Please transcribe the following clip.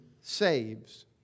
saves